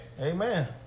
Amen